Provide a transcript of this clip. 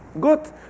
Good